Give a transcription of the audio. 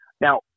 Now